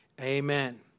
amen